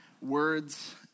words